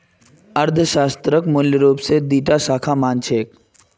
अर्थशास्त्रक मूल रूपस दी टा शाखा मा न छेक